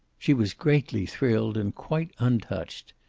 she was greatly thrilled and quite untouched.